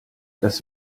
dass